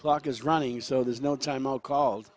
clock is running so there's no time all called